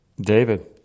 David